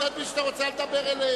צטט את מי שאתה רוצה, אבל אל תדבר אליהם.